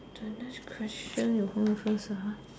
the next question you hold on first ah